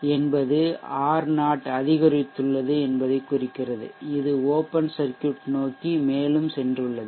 D அதிகரித்துள்ளது என்பது ஆர்0 அதிகரித்துள்ளது என்பதைக் குறிக்கிறது இது ஒப்பன் சர்க்யூட் நோக்கி மேலும் சென்றுள்ளது